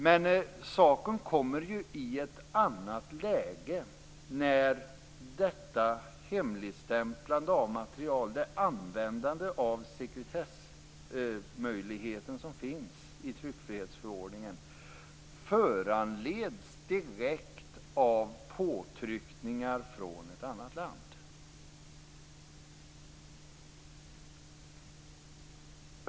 Men saken kommer ju i ett annat läge när detta hemligstämplande av material och användande av sekretessmöjligheten som finns i tryckfrihetsförordningen föranleds direkt av påtryckningar från ett annat land.